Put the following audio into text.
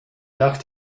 nach